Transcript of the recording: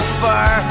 far